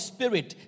Spirit